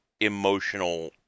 emotional